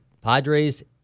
Padres